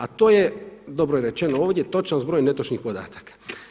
A to je, dobro je rečeno ovdje, točan zbroj netočnih podataka.